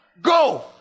go